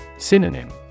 Synonym